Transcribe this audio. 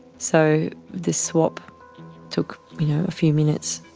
so the swap took you know a few minutes,